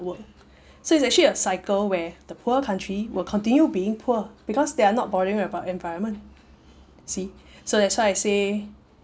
work so it's actually a cycle where the poor country will continue being poor because they are not bothering about environment see so that's why I say